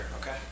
Okay